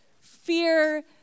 Fear